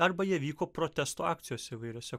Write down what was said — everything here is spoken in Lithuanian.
arba jie vyko protesto akcijose įvairiose